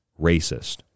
racist